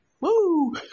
Woo